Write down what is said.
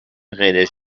غیر